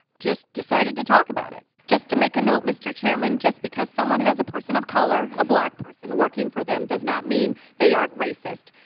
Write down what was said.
just decided to talk about it just to make a note, mr. chairman just because someone has a person of color a black person working for them does not mean they aren't racist.